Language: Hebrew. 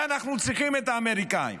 ואנחנו צריכים את האמריקאים,